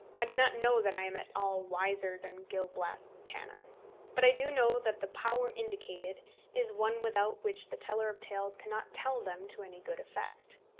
i do not know that i am at all wiser than gil blas' canon but i do know that the power indicated is one without which the teller of tales cannot tell them to any good effect.